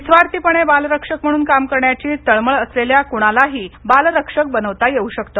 निस्वार्थपणे बालरक्षक म्हणून काम करण्याची तळमळ असलेल्या क्णालाही बालरक्षक बनवता येऊ शकते